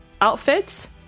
outfits